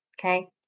Okay